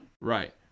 Right